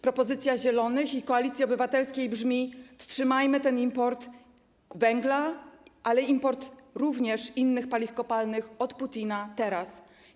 Propozycja Zielonych i Koalicji Obywatelskiej brzmi: wstrzymajmy import węgla, ale również import innych paliw kopalnych od Putina - teraz.